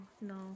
no